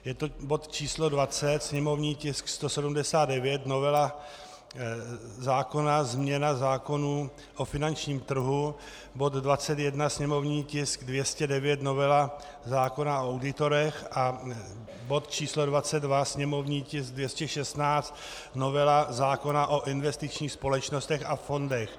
Je to bod číslo 20, sněmovní tisk 179, novela zákona změna zákonů o finančním trhu, bod 21, sněmovní tisk 209, novela zákona o auditorech, a bod číslo 22, sněmovní tisk 216, novela zákona o investičních společnostech a fondech.